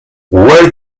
where